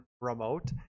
remote